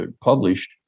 published